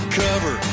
cover